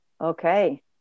okay